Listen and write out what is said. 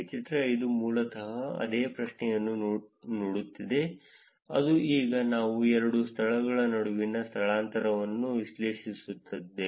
ಚಿತ್ರ 5 ಮೂಲತಃ ಅದೇ ಪ್ರಶ್ನೆಯನ್ನು ನೋಡುತ್ತಿದೆ ಅದು ಈಗ ನಾವು ಎರಡು ಸ್ಥಳಗಳ ನಡುವಿನ ಸ್ಥಳಾಂತರವನ್ನು ವಿಶ್ಲೇಷಿಸುತ್ತಿದ್ದೇವೆ